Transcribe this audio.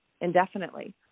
indefinitely